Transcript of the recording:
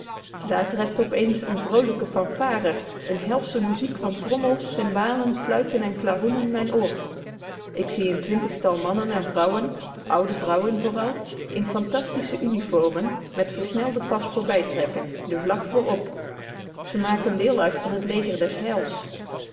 daar treft op eens een vroolijke fanfare een helsche muziek van trommels cimbalen fluiten en klaroenen mijn oor ik zie een twintigtal mannen en vrouwen oude vrouwen vooral in fantastische uniformen met versnelden pas voorbijtrekken de vlag voorop ze maken deel uit van het leger des heils